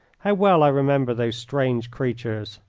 how well i remember those strange creatures.